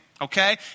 okay